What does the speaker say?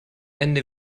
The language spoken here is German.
ende